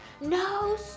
No